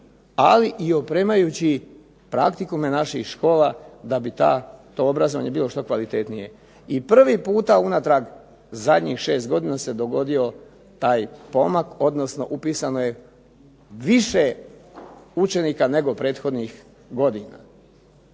ali i opremajući praktikume naših škola da bi to obrazovanje bilo što kvalitetnije i prvi puta unatrag zadnjih šest godina se dogodio taj pomak odnosno upisano je više učenika nego prethodnih godina.